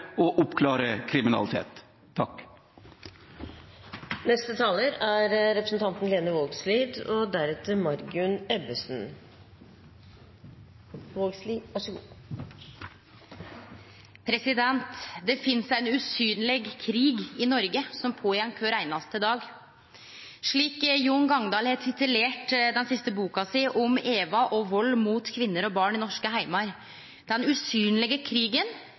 og oppklare kriminalitet. Det finst ein usynleg krig i Noreg som pågår kvar einaste dag – den usynlege krigen som øydelegg liv, og som tek liv. Jon Gangdal har kalla den siste boka si «Den usynlige krigen. Historien om Eva – og vold mot kvinner og barn i norske hjem». Eg har lyst til å snakke om den